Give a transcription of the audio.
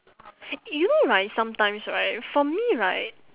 you know right sometimes right for me right